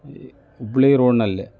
Hubballi ರೋಡ್ನಲ್ಲಿ